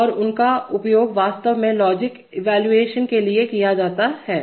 और उनका उपयोग वास्तव में लॉजिक इवैल्यूएशन के लिए किया जाता है